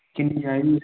आं ऐ